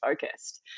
focused